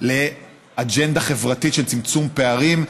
לאג'נדה חברתית של צמצום פערים,